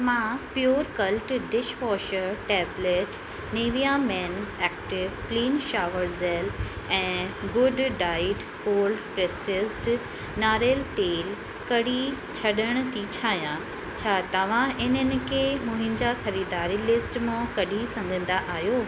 मां pure cult dishwasher tablet Nivea men active clean shower gel ऐं good diet cold pressed नारेल तेल करी छॾण थी चाहियां छा तव्हां इननि खे मुंहिंजा ख़रीदारी लिस्ट मो कढी सघंदा आहियो